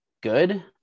good